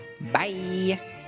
Bye